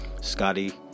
Scotty